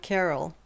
Carol